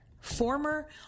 former